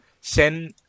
Sen